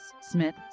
smith